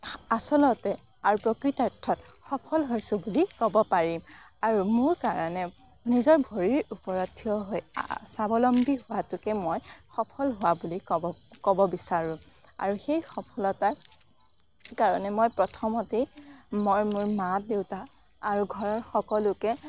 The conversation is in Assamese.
আচলতে আৰু প্ৰকৃতাৰ্থত সফল হৈছোঁ বুলি ক'ব পাৰিম আৰু মোৰ কাৰণে নিজৰ ভৰিৰ ওপৰত ঠিয় হৈ স্বাৱলম্বী হোৱাটোকে মই সফল হোৱা বুলি ক'ব ক'ব বিচাৰোঁ আৰু সেই সফলতাৰ কাৰণে মই প্ৰথমতেই মই মোৰ মা দেউতা আৰু ঘৰৰ সকলোকে